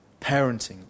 parenting